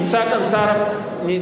נמצא כאן שר הפנים,